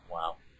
Wow